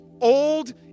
old